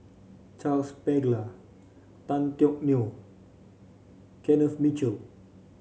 Charles Paglar Tan Teck Neo Kenneth Mitchell